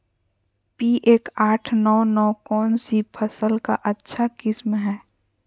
P एक आठ नौ नौ कौन सी फसल का अच्छा किस्म हैं?